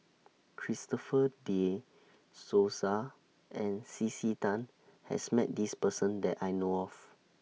Christopher De Souza and C C Tan has Met This Person that I know of